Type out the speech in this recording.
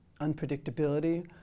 unpredictability